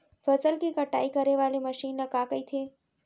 फसल की कटाई करे वाले मशीन ल का कइथे?